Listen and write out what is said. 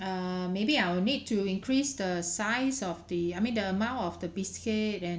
err maybe I will need to increase the size of the I mean the amount of the brisket and